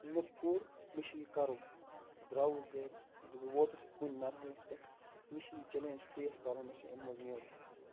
مےٚ کوٚر مےٚ چھُ یہِ کرُن بہٕ دراوُس گرِ بہٕ ووتُس کُنہِ مَرحلَس پٮ۪ٹھ مےٚ چھُ یہِ چیلینج فیس کَرُن مےٚ چھُ اَمہِ منٛز نیرُن